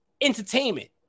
entertainment